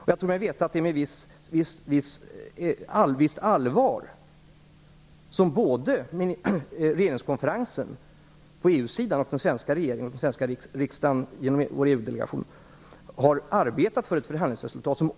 Jag tror mig veta att det är med ett visst allvar som EU:s regeringeringskonferens och den svenska regeringen och riksdagen genom vår UD delegation har arbetat för ett förhandlingsresultat.